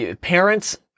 parents